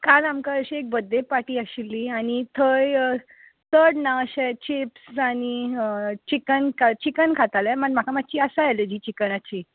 काल आमकां अशी एक बर्थडे पार्टी आशिल्ली आनी थंय चड ना अशें चिप्स आनी चिकन खातालें म्हाका मातशी आसा एलर्जी चिकनाची